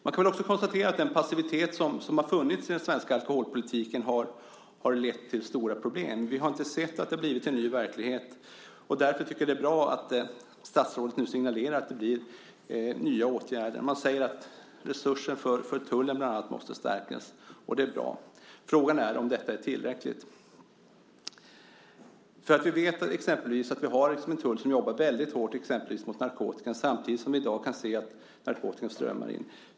Man kan också konstatera att den passivitet som funnits i den svenska alkoholpolitiken har lett till stora problem. Vi har inte sett att det blivit en ny verklighet. Därför tycker jag att det är bra att statsrådet nu signalerar att det blir nya åtgärder. Bland annat säger man att tullens resurser måste stärkas, och det är bra. Frågan är dock om detta är tillräckligt. Vi vet exempelvis att vi har en tull som jobbar väldigt hårt mot narkotikan, samtidigt som vi i dag kan se att narkotikan strömmar in.